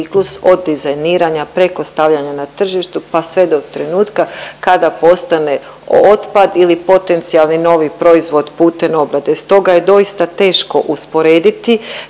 od dizajniranja preko stavljanja na tržištu, pa sve do trenutka kada postane otpad ili potencijalni novi proizvod putem obrade. Stoga je doista teško usporediti